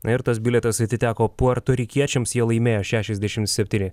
na ir tas bilietas atiteko puertorikiečiams jie laimėjo šešiasdešim septyni